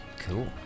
Cool